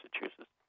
Massachusetts